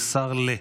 זה שר ל-.